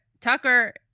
tucker